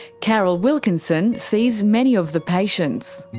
carol wilkinson sees many of the patients.